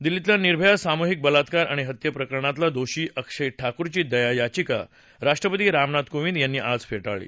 दिल्लीतल्या निर्भया सामूहिक बलात्कार आणि हत्येप्रकरणातला दोषी अक्षय ठाकूरची दया याचिका राष्ट्रपती रामनाथ कोविंद यांनी काल फेटाळली